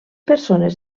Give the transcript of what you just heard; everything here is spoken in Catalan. persones